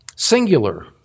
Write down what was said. Singular